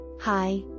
Hi